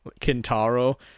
Kintaro